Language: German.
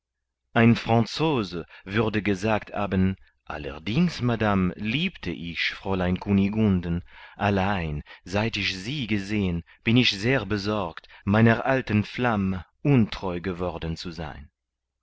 ein franzose würde gesagt haben allerdings madame liebte ich fräulein kunigunden allein seit ich sie gesehen bin ich sehr besorgt meiner alten flamme untreu geworden zu sein